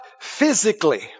physically